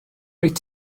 wyt